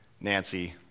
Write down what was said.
Nancy